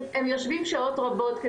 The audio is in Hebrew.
הם יושבים שעות רבות,